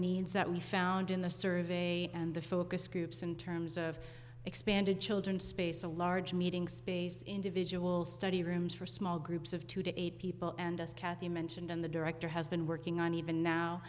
needs that we found in the survey and the focus groups in terms of expanded children space a large meeting space individual study rooms for small groups of two to eight people and kathy mentioned and the director has been working on even now